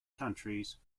countries